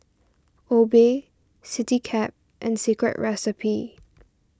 Obey CityCab and Secret Recipe